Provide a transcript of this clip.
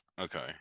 Okay